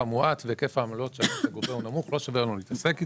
מועט והיקף העמלות שהוא גובה הוא נמוך ולכן לא שווה להתעסק איתו,